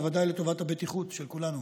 בוודאי לטובת הבטיחות של כולנו.